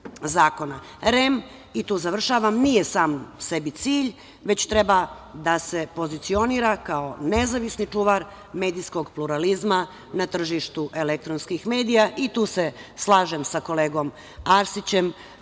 zakona. REM, i tu završavam, nije sam sebi cilj, već treba da se pozicionira kao nezavisni čuvar medijskog pluralizma na tržištu elektronskih medija i tu se slažem sa kolegom Arsićem